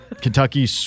Kentucky